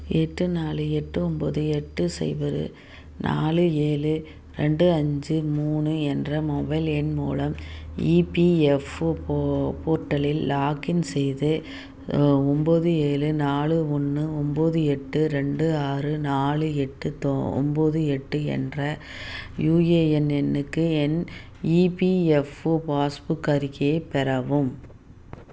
எட்டு நாலு எட்டு ஒன்பது எட்டு ஸைபரு நாலு ஏழு ரெண்டு அஞ்சு மூணு என்ற மொபைல் எண் மூலம் இபிஎஃப்ஓ போர்ட்டலில் லாக்கின் செய்து ஒம்போது ஏழு நாலு ஒன்று ஒம்போது எட்டு ரெண்டு ஆறு நாலு எட்டு ஒம்போது எட்டு என்ற யுஏஎன் எண்ணுக்கு என் இபிஎஃப்ஓ பாஸ்புக் அறிக்கையை பெறவும்